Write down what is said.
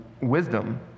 wisdom